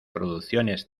producciones